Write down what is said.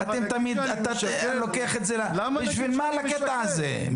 בשביל מה הקטע הזה?